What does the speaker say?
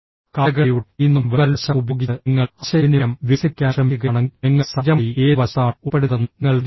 കാലഗണനയുടെ ഈ നോൺ വെർബൽ വശം ഉപയോഗിച്ച് നിങ്ങൾ ആശയവിനിമയം വികസിപ്പിക്കാൻ ശ്രമിക്കുകയാണെങ്കിൽ നിങ്ങൾ സഹജമായി ഏത് വശത്താണ് ഉൾപ്പെടുന്നതെന്ന് നിങ്ങൾ തിരിച്ചറിയുന്നു